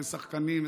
ושחקנים,